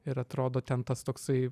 ir atrodo ten tas toksai